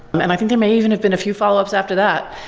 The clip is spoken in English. and i think they may even have been a few follow-ups after that.